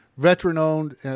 veteran-owned